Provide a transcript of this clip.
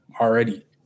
already